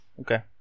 Okay